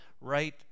right